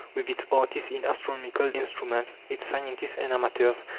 with its artists in astronomical instruments, its scientists and amateurs,